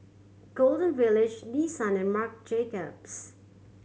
Golden Village Nissan and Marc Jacobs